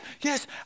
yes